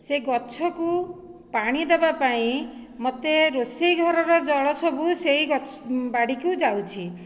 ସେ ଗଛକୁ ପାଣି ଦେବା ପାଇଁ ମୋତେ ରୋଷେଇ ଘରର ଜଳ ସବୁ ସେହି ଗଛ ବାଡ଼ିକୁ ଯାଉଛି